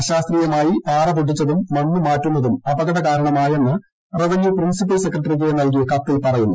അശാസ്ത്രീയമായി പാറപ്പൊട്ടിച്ചതും മണ്ണ് മാറ്റുന്നതും അപകടകാരണമായെന്ന് റവന്യൂപ്രിൻസിപ്പിൾ സെക്രട്ടറിക്ക് നൽകിയ കത്തിൽ പറയുന്നു